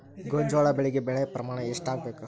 ಗೋಂಜಾಳ ಬೆಳಿಗೆ ಮಳೆ ಪ್ರಮಾಣ ಎಷ್ಟ್ ಆಗ್ಬೇಕ?